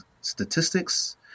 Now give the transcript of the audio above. statistics